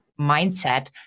mindset